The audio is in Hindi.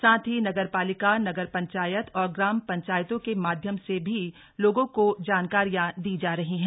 साथ ही नगर पालिका नगर पंचायत और ग्राम पंचायतों के माध्यम से भी लोगों को जानकारियां दी जा रही हैं